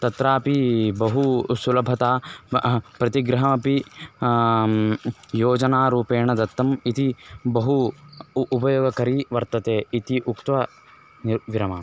तत्रापि बहु सुलभता प्रतिगृहमपि योजनारूपेण दत्तम् इति बहु उपयोगकरी वर्तते इति उक्त्वा नि विरमामि